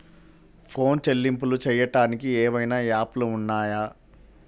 Phone చెల్లింపులు చెయ్యటానికి ఏవైనా యాప్లు ఉన్నాయా?